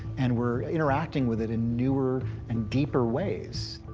and we're interacting with it in newer and deeper ways.